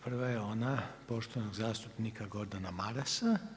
Prva je ona poštovanog zastupnika Gordana Marasa.